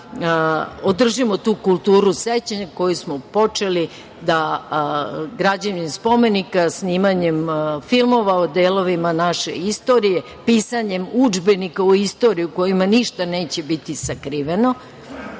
održimo tu kulturu sećanja koju smo počeli, da građenjem spomenika, snimanjem filmova o delovima naše istorije, pisanjem udžbenika o istoriji u kojima ništa neće biti sakriveno,